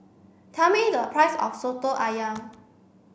tell me the price of Soto Ayam